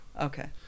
okay